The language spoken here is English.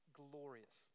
glorious